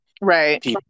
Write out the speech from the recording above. right